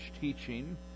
teaching